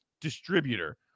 distributor